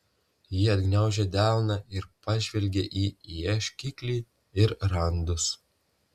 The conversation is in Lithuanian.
ji atgniaužė delną ir pažvelgė į ieškiklį ir randus